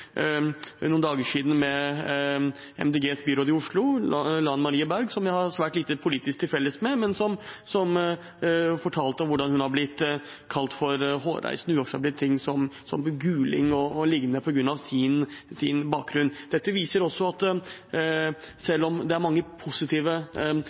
noen dager siden med MDGs byråd i Oslo, Lan Marie Berg, som jeg har svært lite politisk til felles med, men som fortalte om hvordan hun har blitt kalt for hårreisende, uakseptable ting, som «guling» o.l., på grunn av sin bakgrunn. Dette viser at